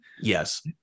Yes